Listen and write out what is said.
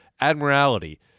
Admiralty